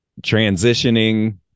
transitioning